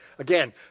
Again